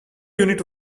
unit